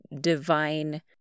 divine